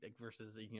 Versus